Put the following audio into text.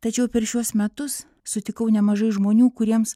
tačiau per šiuos metus sutikau nemažai žmonių kuriems